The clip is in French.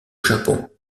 japon